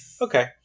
Okay